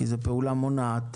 כי זו פעולה מונעת.